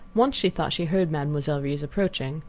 once she thought she heard mademoiselle reisz approaching.